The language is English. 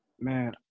man